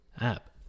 app